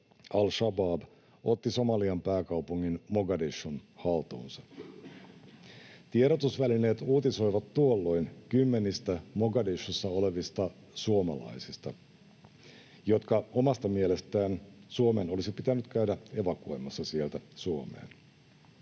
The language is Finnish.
al-Shabaab, otti Somalian pääkaupungin Mogadishun haltuunsa. Tiedotusvälineet uutisoivat tuolloin kymmenistä Mogadishussa olevista suomalaisista, jotka omasta mielestään Suomen olisi pitänyt käydä evakuoimassa sieltä Suomeen.